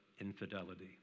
infidelity